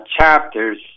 chapters